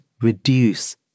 reduce